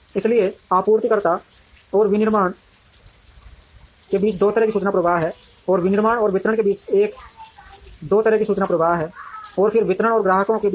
इसलिए आपूर्तिकर्ताओं और विनिर्माण के बीच दो तरह से सूचना प्रवाह है और विनिर्माण और वितरण के बीच एक दो तरह की सूचना प्रवाह है और फिर वितरण और ग्राहकों के बीच